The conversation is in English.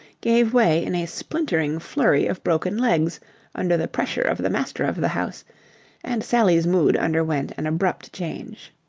gave way in a splintering flurry of broken legs under the pressure of the master of the house and sally's mood underwent an abrupt change.